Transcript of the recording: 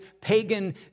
pagan